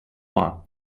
are